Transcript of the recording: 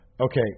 Okay